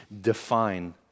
define